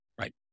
Right